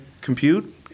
compute